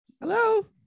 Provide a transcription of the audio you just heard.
Hello